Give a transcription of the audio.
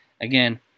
Again